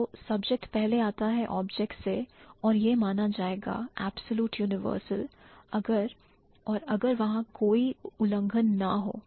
तो subject पहले आता है object से और यह माना जाएगा absolute universal अगर और अगर वहां कोई उल्लंघन ना हो